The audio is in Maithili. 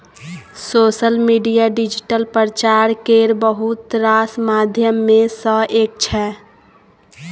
सोशल मीडिया डिजिटल प्रचार केर बहुत रास माध्यम मे सँ एक छै